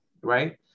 right